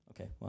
Okay